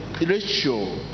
ratio